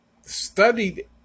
studied